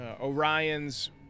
Orion's